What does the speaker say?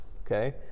okay